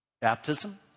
baptism